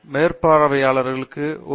பேராசிரியர் அரிந்தமா சிங் சரி